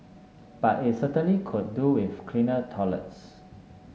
but it certainly could do with cleaner toilets